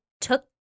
took